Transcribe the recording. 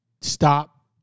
stop